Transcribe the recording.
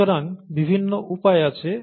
সুতরাং বিভিন্ন উপায় আছে